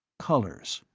colors,